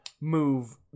move